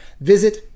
visit